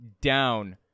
down